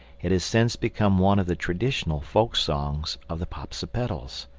it has since become one of the traditional folksongs of the popsipetels.